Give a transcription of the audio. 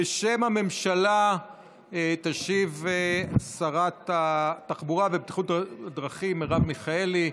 בשם הממשלה תשיב שרת התחבורה והבטיחות בדרכים מרב מיכאלי.